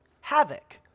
havoc